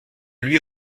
lui